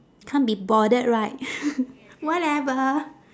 can't be bothered right whatever